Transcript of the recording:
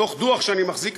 מתוך דוח שאני מחזיק,